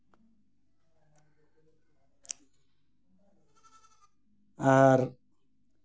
ᱟᱨ